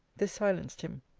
this silenced him.